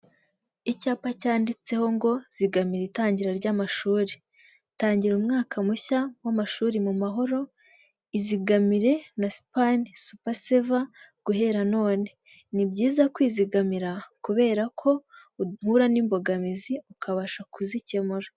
Icyapa cyanditseho ngo zigamira itangira ry'amashuri, tangira umwaka mushya w'amashuri mu mahoro, izigamire na sipane supa seva guhera none ni byiza kwizigamira, kubera ko uhura n'imbogamizi ukabasha kuzikemura.